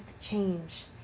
change